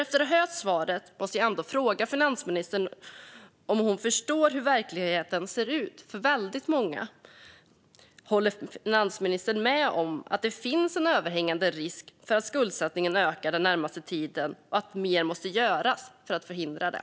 Efter att ha hört svaret måste jag ändå fråga om finansministern förstår hur verkligheten ser ut för väldigt många? Håller finansministern med om att det finns en överhängande risk för att skuldsättningen ökar den närmaste tiden och att mer måste göras för att förhindra det?